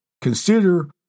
Consider